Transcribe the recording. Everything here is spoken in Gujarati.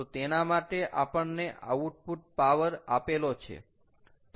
તો તેના માટે આપણને આઉટપુટ પાવર આપેલો છે